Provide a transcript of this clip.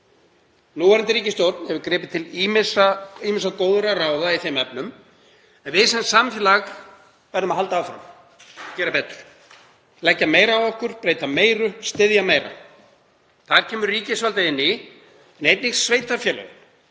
Núverandi ríkisstjórn hefur gripið til ýmissa góðra ráða í þeim efnum en við sem samfélag verðum að halda áfram og gera betur, leggja meira á okkur, breyta meiru, styðja meira. Þar kemur ríkisvaldið inn en einnig sveitarfélögin